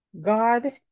God